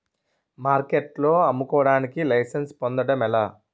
మార్కెట్లో అమ్ముకోడానికి లైసెన్స్ పొందడం ఎలా?